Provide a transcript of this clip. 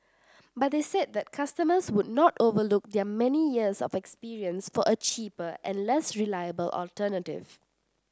but they said that customers would not overlook their many years of experience for a cheaper and less reliable alternative